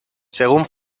según